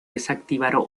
desactivar